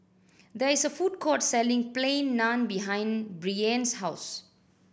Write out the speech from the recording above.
there is a food court selling Plain Naan behind Brianne's house